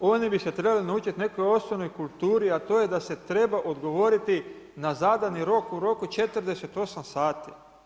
Oni bi se trebali naučiti nekoj osnovnoj kulturi, a to je da se treba odgovoriti na zadani rok u roku 48 sati.